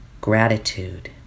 gratitude